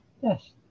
Yes